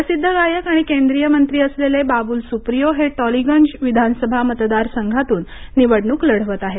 प्रसिद्ध गायक आणि केंद्रीय मंत्री असलेले बाबुल सुप्रियो हे टॉलिगंज विधानसभा मतदार संघातून निवडणूक लढवत आहेत